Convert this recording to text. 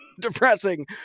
depressing